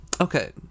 Okay